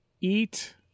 Eat